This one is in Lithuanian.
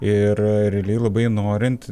ir realiai labai norint